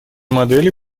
модели